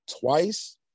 twice